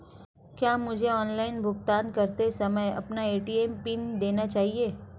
क्या मुझे ऑनलाइन भुगतान करते समय अपना ए.टी.एम पिन देना चाहिए?